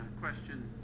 question